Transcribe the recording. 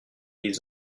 les